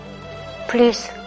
Please